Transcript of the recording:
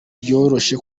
byoroshye